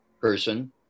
person